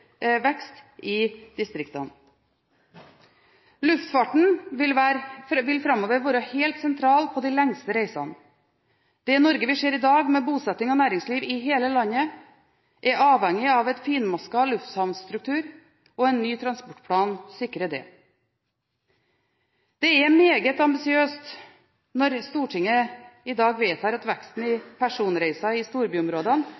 vekst i distriktene. Luftfarten vil framover være helt sentral på de lengste reisene. Det Norge vi ser i dag, med bosetting og næringsliv i hele landet, er avhengig av en finmasket lufthavnstruktur. En ny transportplan sikrer det. Det er meget ambisiøst når Stortinget i dag vedtar at veksten